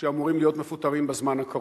שאמורים להיות מפוטרים בזמן הקרוב.